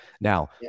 Now